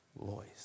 voice